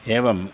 एवम्